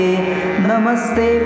Namaste